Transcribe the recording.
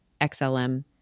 XLM